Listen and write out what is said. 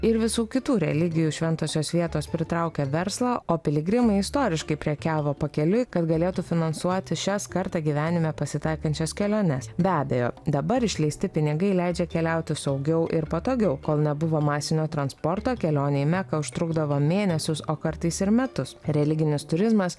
ir visų kitų religijų šventosios vietos pritraukia verslą o piligrimai istoriškai prekiavo pakeliui kad galėtų finansuoti šias kartą gyvenime pasitaikančias keliones be abejo dabar išleisti pinigai leidžia keliauti saugiau ir patogiau kol nebuvo masinio transporto kelionė į meką užtrukdavo mėnesius o kartais ir metus religinis turizmas